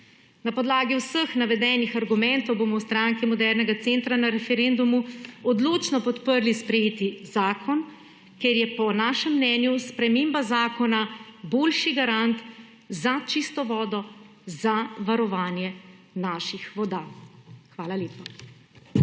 Na podlagi vseh navedenih argumentov bomo v Stranki modernega centra na referendumu odločno podprli sprejeti zakon, ker je po našem mnenju sprememba zakona boljši garant za čisto vodo za varovanje naših voda. Hvala lepa.